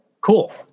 Cool